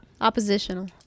Oppositional